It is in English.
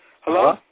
Hello